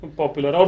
popular